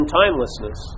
timelessness